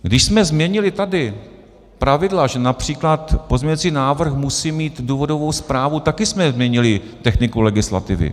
Když jsme změnili tady pravidla, že například pozměňovací návrh musí mít důvodovou zprávu, také jsme změnili techniku legislativy.